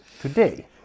today